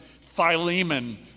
Philemon